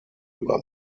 über